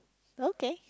okay